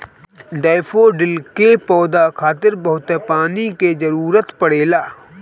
daffodil के पौधा खातिर बहुते पानी के जरुरत पड़ेला